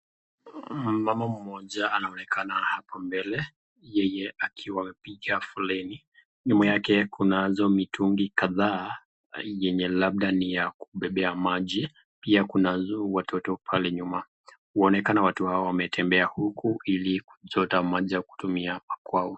Mmama mmoja anaonekana hapa mbele yeye akiwa amepiga foleni. Nyuma yake kunazo mitungi kadhaa yenye labda ni ya kubebeba maji pia kuna watoto pale nyuma. Huonekana watu hao wametembea huku ili kuchota maji ya kutumia makwao.